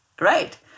right